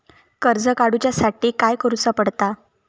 कर्ज काडूच्या साठी काय करुचा पडता?